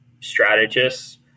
strategists